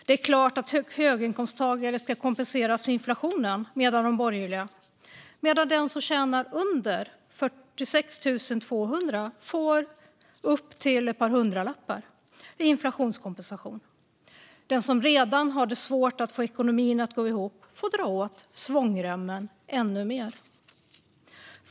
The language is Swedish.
Det är klart att höginkomsttagare ska kompenseras för inflationen, menar de borgerliga partierna, medan den som tjänar under 46 200 kronor får upp till ett par hundralappar i inflationskompensation. Den som redan har svårt att få ekonomin att gå ihop får dra åt svångremmen ännu mer.